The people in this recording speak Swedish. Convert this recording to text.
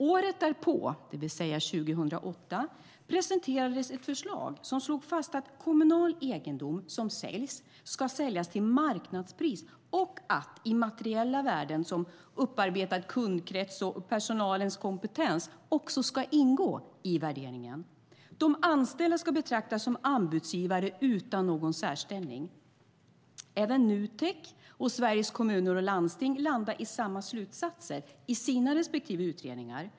Året därpå, det vill säga 2008, presenterades ett förslag som slog fast att kommunal egendom som säljs ska säljas till marknadspris och att immateriella värden, som upparbetad kundkrets och personalens kompetens, ska ingå i värderingen. De anställda ska betraktas som anbudsgivare utan någon särställning. Nutek och Sveriges Kommuner och Landsting landade i samma slutsatser i sina respektive utredningar.